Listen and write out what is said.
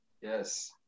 yes